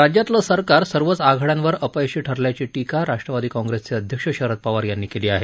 राज्यातलं सरकार सर्वच आघाडयांवर अपयशी ठरल्याची टीका राष्ट्रवादी काँग्रेसचे अध्यक्ष शरद पवार यांनी केली आहे